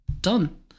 done